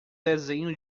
desenho